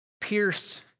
pierce